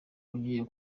ugiye